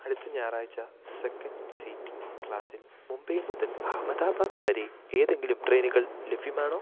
അടുത്ത ഞായറാഴ്ച second seating ക്ലാസിൽ മുംബൈ മുതൽ അഹമ്മദാബാദ് വരെ ഏതെങ്കിലും ട്രെയിനുകൾ ലഭ്യമാണോ